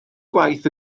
gwaith